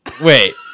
Wait